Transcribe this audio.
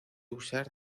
usar